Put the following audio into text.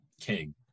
king